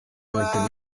mashya